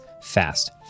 fast